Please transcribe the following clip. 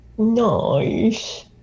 nice